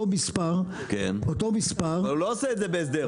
מספר --- אבל הוא לא עושה את זה בהסדר.